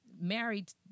Married